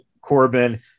Corbin